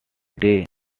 day